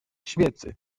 świecy